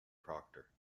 proctor